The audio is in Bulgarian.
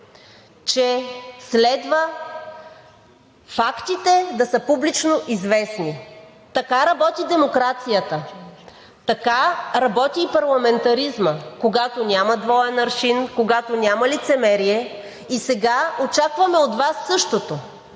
че следва фактите да са публично известни. Така работи демокрацията, така работи и парламентаризмът когато няма двоен аршин, когато няма лицемерие. И сега очакваме от Вас същото,